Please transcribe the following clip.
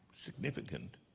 significant